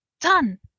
Done